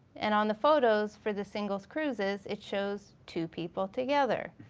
and on the photos for the singles cruises it shows two people together.